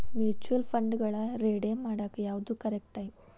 mutual ಫಂಡ್ಗಳನ್ನ redeem ಮಾಡಾಕ ಯಾವ್ದು ಕರೆಕ್ಟ್ ಟೈಮ್